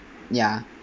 ya